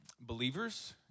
believers